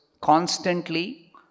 constantly